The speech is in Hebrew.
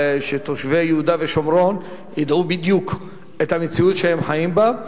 שתושבי יהודה ושומרון ידעו בדיוק את המציאות שהם חיים בה,